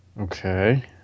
Okay